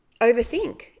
overthink